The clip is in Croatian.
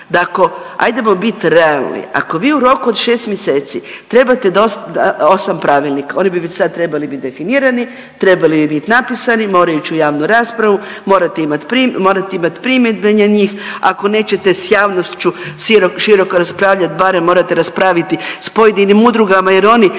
ako, ajdemo bit realni, ako vi u roku od 6 mjeseci trebate 8 pravilnika oni bi već sad trebali biti definirani, trebali bi biti napisani, moraju ići u javnu raspravu, morate imati primjedbe na njih, ako nećete s javnošću široko raspravljat barem morate raspraviti s pojedinim udrugama jer oni